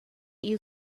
you